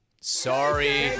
Sorry